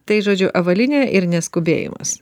tai žodžiu avalynė ir neskubėjimas